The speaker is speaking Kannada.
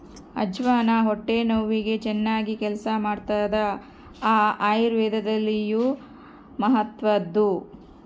ಅಜ್ವಾನ ಹೊಟ್ಟೆ ನೋವಿಗೆ ಚನ್ನಾಗಿ ಕೆಲಸ ಮಾಡ್ತಾದ ಆಯುರ್ವೇದದಲ್ಲಿಯೂ ಮಹತ್ವದ್ದು